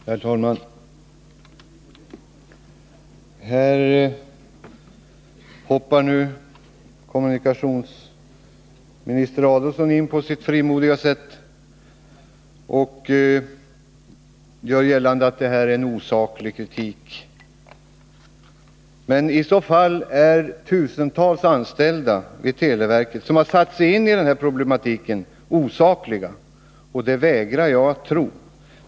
Herr talman! Här hoppar nu kommunikationsminister Adelsohn in på sitt frimodiga sätt och gör gällande att det är osaklig kritik som framförs. Men i så fall är tusentals anställda vid televerket, som har satt sig in i den här problematiken, osakliga. Och det vägrar jag att tro.